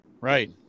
Right